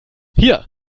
hier